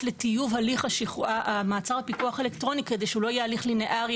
לטיוב הליך מעצר הפיקוח האלקטרוני כדי שהוא לא יהיה הליך לינארי,